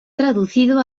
traducido